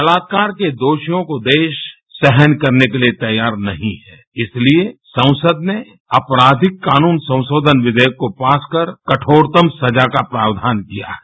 बलात्कार के दोषियों को देश सहन करने के लिए तैयार नहीं है इसलिए संसद ने आपराधिक कानून संराधन विधेयक को पास कर कठोरतम सजा का प्रावधान किया है